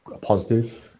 positive